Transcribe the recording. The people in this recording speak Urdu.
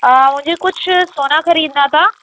آ مجھے کچھ سونا خریدنا تھا